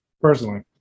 personally